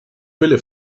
really